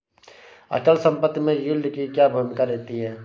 अचल संपत्ति में यील्ड की क्या भूमिका रहती है?